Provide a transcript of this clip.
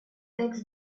tax